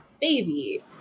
baby